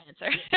answer